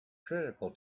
critical